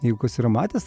jeigu kas yra matęs